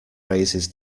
raises